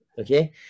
okay